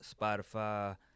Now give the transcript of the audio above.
Spotify